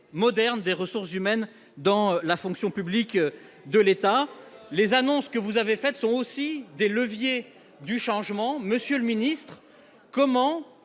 moderne des ressources humaines dans la fonction publique de l'État, les annonces que vous avez fait seront aussi des leviers du changement, monsieur le Ministre, comment